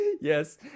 Yes